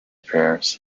prayers